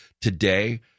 today